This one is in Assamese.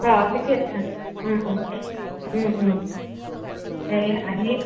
অঁ ঠিকে আছে